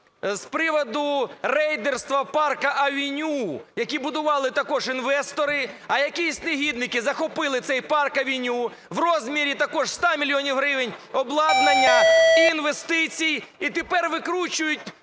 з приводу рейдерства Парку Авеню, який будували також інвестори, а якісь негідники захопили цей Парк Авеню. В розмірі також 100 мільйонів гривень обладнання і інвестиції. І тепер викручують